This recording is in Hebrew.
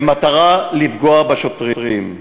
במטרה לפגוע בשוטרים.